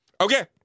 Okay